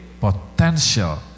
potential